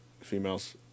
females